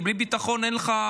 כי בלי ביטחון, אין לך,